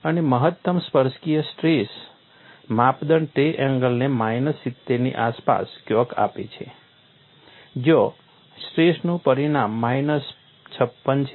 અને મહત્તમ સ્પર્શકીય સ્ટ્રેસ માપદંડ તે એંગલને માઇનસ 70 ની આસપાસ ક્યાંક આપે છે જ્યારે સ્ટ્રેસનું પરિણામ માઇનસ 56 છે